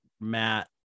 matt